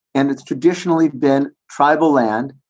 and it's traditionally been tribal land.